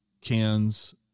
cans